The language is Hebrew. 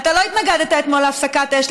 אתה לא התנגדת אתמול להפסקת אש.